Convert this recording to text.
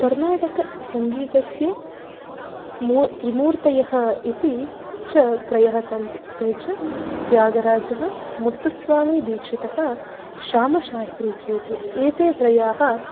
कर्नाटकसङ्गीतस्य मू त्रिमूर्तयः इति च त्रयः सन्ति ते च त्यागराजः मुत्तुस्वामीदीक्षितः श्यामाशास्त्री चेति एते त्रयाः